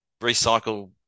recycle